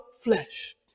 flesh